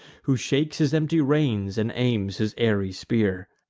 who shakes his empty reins, and aims his airy spear.